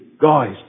guys